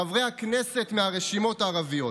חברי הכנסת מהרשימות הערביות.